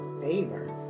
favor